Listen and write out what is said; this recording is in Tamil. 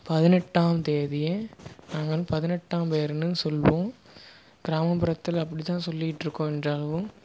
பதினெட்டாம் தேதியை நாங்கள் பதினெட்டாம் பேருன்னு சொல்லுவோம் கிராமபுறத்தில் அப்படி தான் சொல்லிட்டுருக்கோம் இன்றளவும்